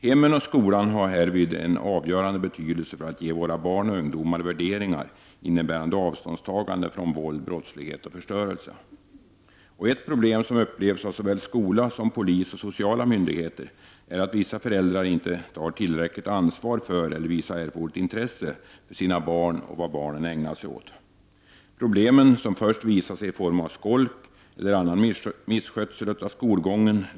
Hemmen och skolan har härvid en avgörande betydelse för att ge våra barn och ungdomar värderingar innebärande avståndstagande från våld, brottslighet och förstörelse. Ett problem som upplevs av såväl skola som polis och sociala myndigheter är att vissa föräldrar inte tar tillräckligt ansvar för eller visar erforderligt intresse för sina barn och vad de ägnar sig åt. Problem, som först visar sig i form av skolk eller annan misskötsel av skolgången.